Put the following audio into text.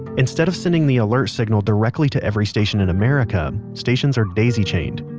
instead of sending the alert signal directly to every station in america, stations are daisy-chained.